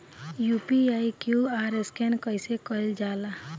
UPI QR scan कइसे कईल जा ला?